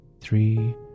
three